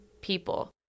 people